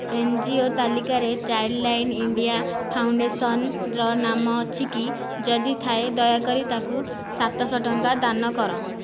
NGO ତାଲିକାରେ Childline India ଫାଉଣ୍ଡେସନ୍ର ନାମ ଅଛିକି ଯଦି ଥାଏ ଦୟାକରି ତାକୁ ସାତଶହ ଟଙ୍କା ଦାନ କର